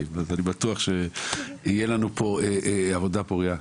אני בטוח שתהיה לנו פה עבודה פורייה,